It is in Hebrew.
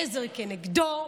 העזר כנגדו,